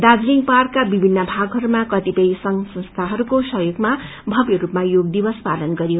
दार्जीलिङ पहाड़का विभिन्न भागहरूमा कतिपय संव संस्थाहरूको सहयोगमा चव्यरूपले यो दिवस पालन गरियो